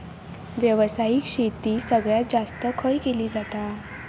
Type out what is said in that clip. व्यावसायिक शेती सगळ्यात जास्त खय केली जाता?